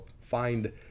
find